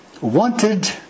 wanted